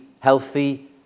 Healthy